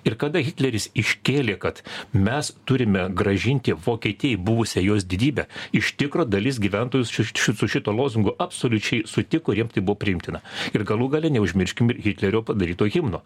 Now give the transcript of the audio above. ir kada hitleris iškėlė kad mes turime grąžinti vokietijai buvusią jos didybę iš tikro dalis gyventojų su ši su šituo lozungu absoliučiai sutiko ir jiem tai buvo priimtina ir galų gale neužmirškim ir hitlerio padaryto himno